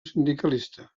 sindicalista